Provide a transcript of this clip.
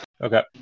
Okay